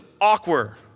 awkward